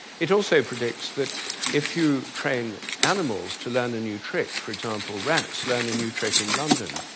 it also predicts that if you train animals to learn a new trick, for example rats learn a new trick in london,